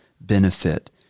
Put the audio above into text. benefit